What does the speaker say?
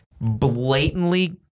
blatantly